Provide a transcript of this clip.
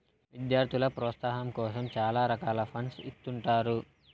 విద్యార్థుల ప్రోత్సాహాం కోసం చాలా రకాల ఫండ్స్ ఇత్తుంటారు